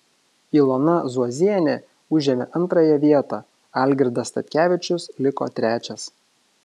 ilona zuozienė užėmė antrąją vietą algirdas statkevičius liko trečias